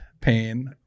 pain